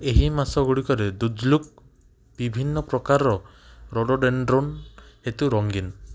ଏହି ମାସ ଗୁଡ଼ିକରେ ଦୁଜଲୁକ୍ ବିଭିନ୍ନପ୍ରକାରର ରୋଡୋଡ଼େଣ୍ଡ୍ରନ୍ ହେତୁ ରଙ୍ଗୀନ